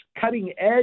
cutting-edge